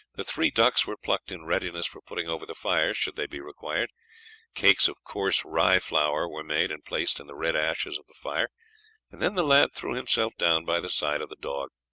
the three ducks were plucked in readiness for putting over the fire should they be required cakes of coarse rye-flour were made and placed in the red ashes of the fire and then the lad threw himself down by the side of the dog.